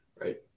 Right